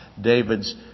David's